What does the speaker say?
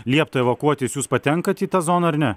liepta evakuotis jūs patenkat į tą zoną ar ne